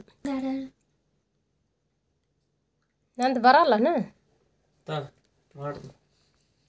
ಒಕ್ಕಲತನ ಮಾಡಾಗ್ ರಸ ಗೊಬ್ಬರ ಮತ್ತ ಜೈವಿಕ, ಪರಭಕ್ಷಕ ಮತ್ತ ಪರಾವಲಂಬಿ ಜೀವಿಗೊಳ್ಲಿಂದ್ ಕೀಟಗೊಳ್ ಸೈಸ್ತಾರ್